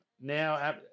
Now